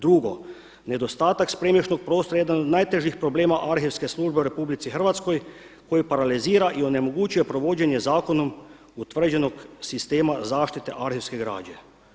Drugo, nedostatak spremnišnog prostora je jedan od natježih problema arhivske službe u RH koji paralizira i onemoguće provođenje zakonom utvrđenog sistema zaštite arhivske građe.